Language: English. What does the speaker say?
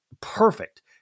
perfect